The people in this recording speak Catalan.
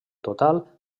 total